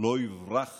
לא יברח